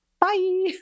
bye